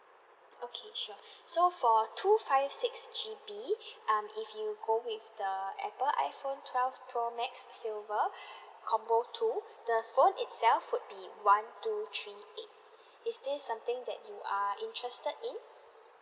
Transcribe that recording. okay sure so for two five six G_B um if you go with the apple iphone twelve pro max silver combo two the phone itself would be one two three eight is this something that you are interested in